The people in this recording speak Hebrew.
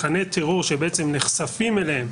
תכני טרור שנחשפים אליהם